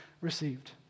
received